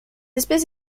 espèce